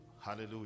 Hallelujah